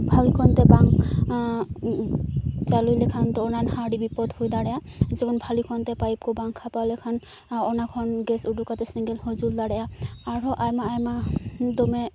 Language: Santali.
ᱵᱷᱟᱞᱮ ᱠᱚᱱᱛᱮ ᱵᱟᱝ ᱪᱟᱹᱞᱩ ᱞᱮᱠᱷᱟᱱ ᱫᱚ ᱚᱱᱟ ᱦᱚᱸ ᱟᱹᱰᱤ ᱵᱤᱯᱚᱫᱽ ᱦᱩᱭ ᱫᱟᱲᱮᱭᱟᱜᱼᱟ ᱡᱮᱢᱚᱱ ᱵᱷᱟᱞᱮ ᱠᱚᱱᱛᱮ ᱯᱟᱭᱤᱯ ᱠᱚ ᱵᱟᱝ ᱞᱮᱠᱷᱟᱯᱟᱣ ᱞᱮᱠᱷᱟᱱ ᱚᱱᱟᱠᱷᱚᱱ ᱜᱮᱥ ᱩᱰᱩᱠ ᱠᱟᱛᱮ ᱥᱮᱸᱜᱮᱞ ᱦᱚᱸ ᱡᱩᱞ ᱫᱟᱲᱮᱭᱟᱜ ᱟ ᱟᱨᱦᱚᱸ ᱟᱭᱢᱟ ᱟᱭᱢᱟ ᱫᱚᱢᱮ